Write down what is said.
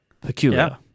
peculiar